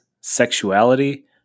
sexuality